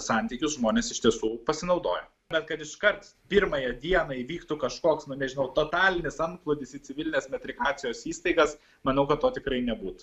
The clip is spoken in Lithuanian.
santykius žmonės iš tiesų pasinaudojo bet kad iškart pirmąją dieną įvyktų kažkoks nu nežinau totalinis antplūdis į civilinės metrikacijos įstaigas manau kad to tikrai nebūtų